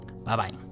Bye-bye